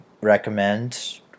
recommend